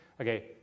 Okay